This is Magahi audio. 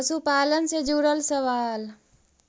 पशुपालन से जुड़ल सवाल?